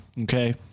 Okay